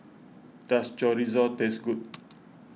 does Chorizo taste good